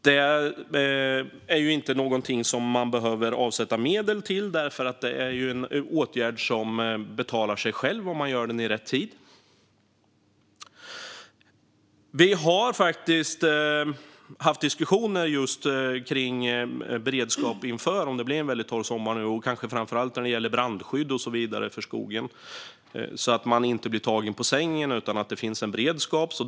Detta är inte någonting som det behöver avsättas medel till, för det är en åtgärd som betalar sig själv om man vidtar den i rätt tid. Vi har faktiskt haft diskussioner om beredskap för att det blir en väldigt torr sommar, kanske framför allt när det gäller brandskydd för skogen. Det gäller att man inte blir tagen på sängen utan att det finns beredskap.